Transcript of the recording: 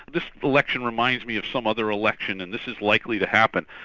this election reminds me of some other election and this is likely to happen.